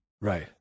Right